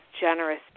generous